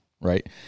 Right